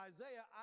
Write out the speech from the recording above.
Isaiah